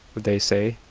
they say.